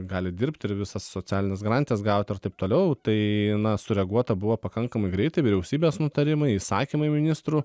gali dirbti ir visas socialines garantijas gauti ir taip toliau tai sureaguota buvo pakankamai greitai vyriausybės nutarimai įsakymai ministrų